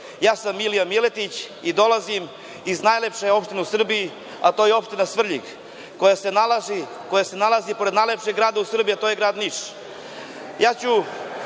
ja sam Milija Miletić i dolazim iz najlepše opštine u Srbiji, a to je opština Svrljig, koja se nalazi pored najlepšeg grada u Srbiji, a to je grad Niš. Ja